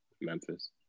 Memphis